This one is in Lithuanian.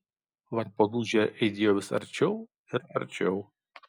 varpo dūžiai aidėjo vis arčiau ir arčiau